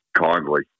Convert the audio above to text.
kindly